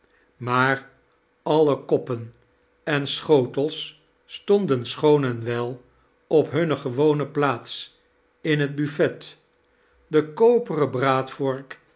maar alle koppen en schotels stonden schoon en wel op hunne gewone plaats in het buffet jie koperen braadvork